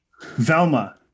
Velma